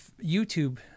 YouTube